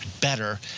better